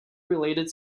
related